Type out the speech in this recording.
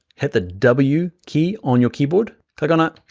hit the w key on your keyboard. click on it,